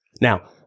Now